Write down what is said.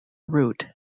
route